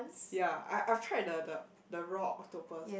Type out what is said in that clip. ya I I tried the the the raw octopus